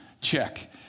check